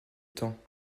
temps